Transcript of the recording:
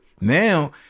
Now